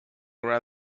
around